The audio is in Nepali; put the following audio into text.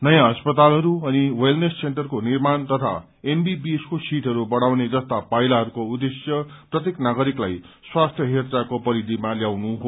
नयाँ अस्पतालहरू अनि वेलनेस सेन्टरको निर्माण तथा एमबीबीएस को सीटहरू बढ़ाउने जस्ता पाइलाहरूको उद्देश्य प्रत्येक नागरिकलाई स्वास्थ्य हेरचाहको परिधिमा ल्याउनु हो